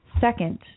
Second